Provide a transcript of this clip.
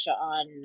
on